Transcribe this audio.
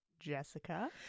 jessica